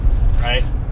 right